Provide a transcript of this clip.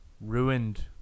ruined